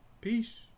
Peace